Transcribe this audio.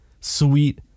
sweet